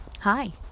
hi